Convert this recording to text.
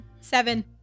Seven